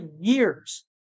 years